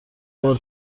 بار